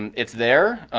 and it's there,